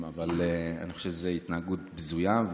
אני חושב שזו התנהגות בזויה,